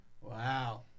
Wow